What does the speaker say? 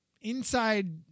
inside